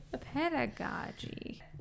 Pedagogy